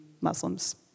Muslims